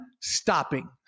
stopping